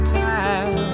time